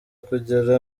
kugera